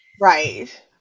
Right